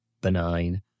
benign